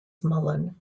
mullen